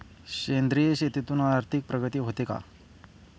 सेंद्रिय शेतीतून आर्थिक प्रगती होते का?